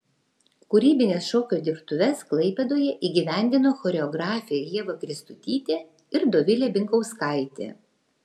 kūrybines šokio dirbtuves klaipėdoje įgyvendino choreografė ieva kristutytė ir dovilė binkauskaitė